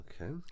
okay